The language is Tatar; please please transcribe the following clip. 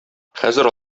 хәзер